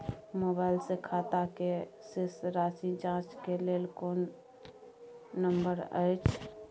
Mobile से खाता के शेस राशि जाँच के लेल कोई नंबर अएछ?